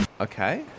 Okay